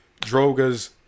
Droga's